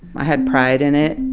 had pride in it.